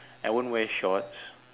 i won't wear shorts